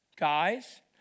Guys